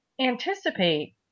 anticipate